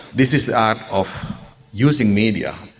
this is the art of using media,